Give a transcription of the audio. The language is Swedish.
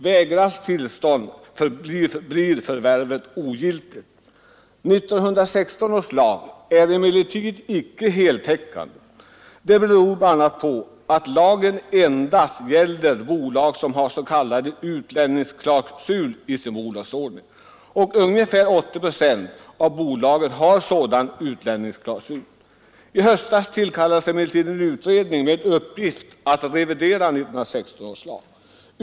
Vägras tillstånd blir förvärvet ogiltigt. 1916 års lag är emellertid icke heltäckande. Det beror bl.a. på att lagen endast gäller bolag som har s.k. utlänningsklausul i sin bolagsordning. Ungefär 80 procent av bolagen har sådan utlänningsklausul. I höstas tillkallades emellertid en utredning med en uppgift att revidera 1916 års lag.